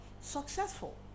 successful